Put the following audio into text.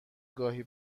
گاهی